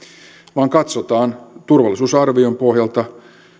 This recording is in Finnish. vaan katsotaan turvallisuusarvion pohjalta